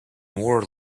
more